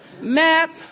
map